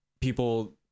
people